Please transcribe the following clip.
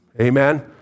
Amen